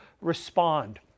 respond